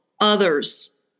others